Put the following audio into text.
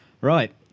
Right